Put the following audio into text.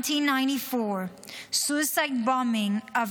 1994, Suicide bombing of